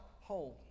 home